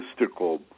mystical